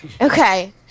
Okay